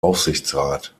aufsichtsrat